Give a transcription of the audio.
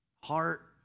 heart